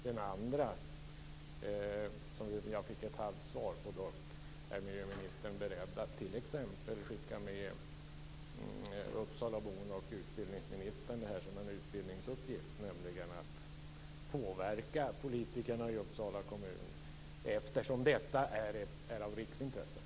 Den andra frågan, som jag fick ett halvt svar på, är om miljöministern är beredd att t.ex. skicka med uppsalabon och utbildningsministern att som en utbildningsuppgift påverka politikerna i Uppsala kommun, eftersom detta är av riksintresse.